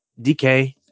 DK